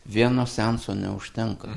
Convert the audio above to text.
vieno seanso neužtenka